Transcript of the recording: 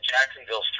Jacksonville